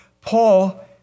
Paul